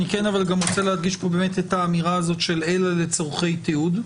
אבל אני כן רוצה להדגיש פה את האמירה הזאת של 'אלא לצרכי תיעוד',